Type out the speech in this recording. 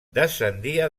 descendia